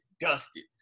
dusted